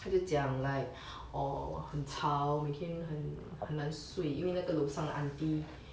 他就讲 like oh 很吵每天很很难睡因为那个楼上的 aunty